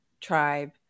tribe